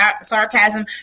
sarcasm